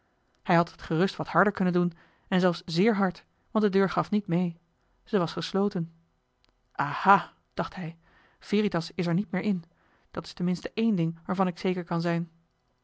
hij had het gerust wat harder kunnen doen en zelfs zeer hard want de deur gaf niet mee zij was gesloten aha dacht hij veritas is er niet meer in dat is ten minste één ding waarvan ik zeker kan zijn